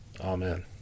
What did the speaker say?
Amen